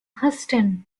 huston